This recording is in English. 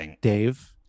Dave